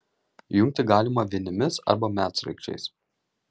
jungti galima vinimis arba medsraigčiais